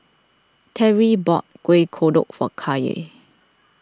Terri bought Kueh Kodok for Kaye